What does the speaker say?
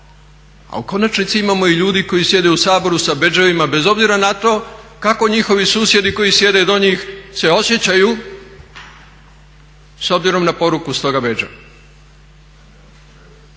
A u konačnici imamo i ljudi koji sjede u Saboru sa bedževima bez obzira na to kako njihovi susjedi koji sjede do njih se osjećaju s obzirom na poruku s toga bedža.